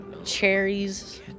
Cherries